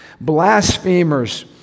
blasphemers